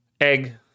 egg